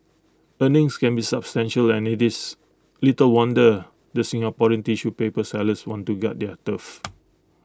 earnings can be substantial and IT is little wonder the Singaporean tissue paper sellers want to guard their turf